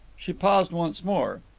she paused once more.